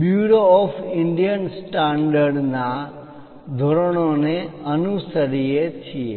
bureau of Indian standard ભારતીય ધોરણો નુ કાર્યાલય ના ધોરણો ને અનુસરીએ છીએ